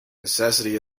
necessity